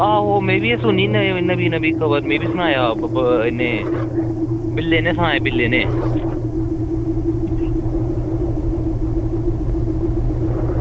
आं में बी सुनी नमीं खबर मिगी बी सनाया इन्ने बिल्ले नै सनाया बिल्ले नै